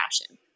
fashion